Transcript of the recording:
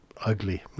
ugly